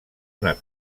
una